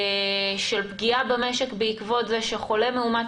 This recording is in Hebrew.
על פגיעה במשק בעקבות זה שחולה מאומת